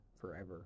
forever